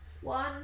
one